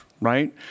right